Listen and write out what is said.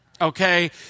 Okay